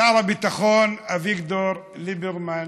שר הביטחון אביגדור ליברמן,